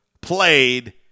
played